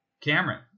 Cameron